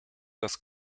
das